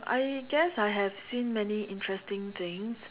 I guess I have seen many interesting things